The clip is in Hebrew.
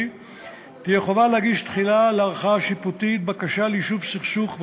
תהיה חובה להגיש תחילה לערכאה שיפוטית בקשה ליישוב סכסוך,